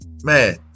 man